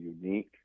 unique